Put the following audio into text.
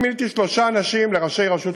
אני מיניתי שלושה אנשים לראשי הרשות